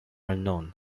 unknown